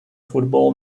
football